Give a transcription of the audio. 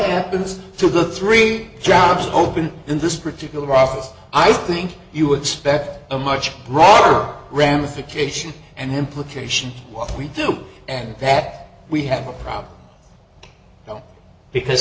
happens to the three jobs open in this particular office i think you expect a much broader ramification and implication what we do and that we have a problem now because